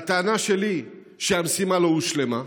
הטענה שלי היא שהמשימה לא הושלמה.